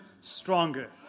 stronger